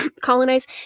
colonize